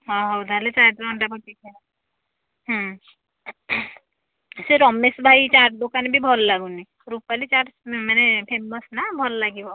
ହଁ ହଉ ତାହେଲେ ଚାଟରେ ଅଣ୍ଡା ପକାଇକି ଖାଇବା ସେ ରମେଶ ଭାଇ ଚାଟ ଦୋକାନ ବି ଭଲ ଲାଗୁନି ରୂପାଲୀ ଚାଟ ମାନେ ଫେମସ ନା ଭଲ ଲାଗିବ